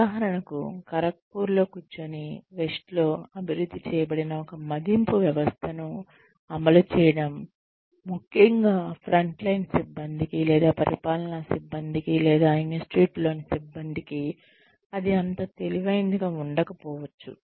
ఉదాహరణకు ఖరగ్పూర్లో కూర్చోనీ వెస్ట్ లో అభివృద్ధి చేయబడిన ఒక మదింపు వ్యవస్థను అమలు చేయడం ముఖ్యంగా ఫ్రంట్ లైన్ సిబ్బందికి లేదా పరిపాలనా సిబ్బందికి లేదా ఇనిస్టిట్యూట్లోని సిబ్బందికి అది అంత తెలివి ఐనదిగా ఉండకపోవచ్చు